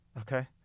Okay